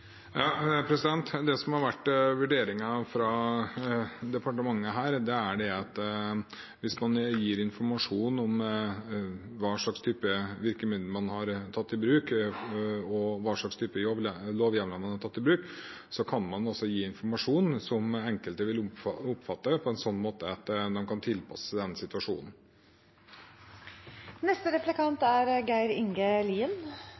Det som har vært vurderingen fra departementet her, er at hvis man gir informasjon om hva slags type virkemiddel og hva slags type lovhjemmel man har tatt i bruk, kan man gi informasjon som enkelte vil oppfatte på en sånn måte at de kan tilpasse